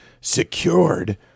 secured